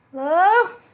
Hello